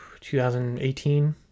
2018